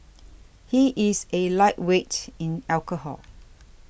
he is a lightweight in alcohol